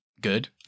good